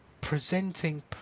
presenting